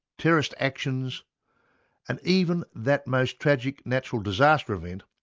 terrorist actions and even that most tragic natural disaster event,